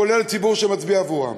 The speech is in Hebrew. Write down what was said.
כולל הציבור שמצביע בעבורם.